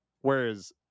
whereas